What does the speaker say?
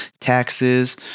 taxes